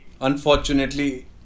Unfortunately